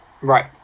Right